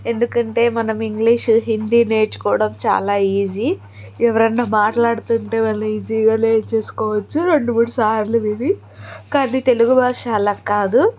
ఎందుకంటే మనం ఇంగ్లీషు హిందీ నేర్చుకోవడం చాలా ఈజీ ఎవరన్నా మాట్లాడుతుంటే మనం ఈజీగా నేర్చేసుకోవచ్చు రెండు మూడు సార్లు విని కానీ తెలుగు భాష అలా కాదు